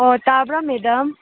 ꯑꯣ ꯇꯥꯕ꯭ꯔꯥ ꯃꯦꯗꯥꯝ